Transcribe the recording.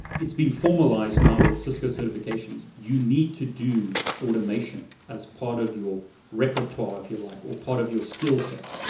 it's been finalized now with cisco certifications. you need to do, automation as part of your repertoire, if you like, or part of your skill set.